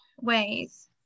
ways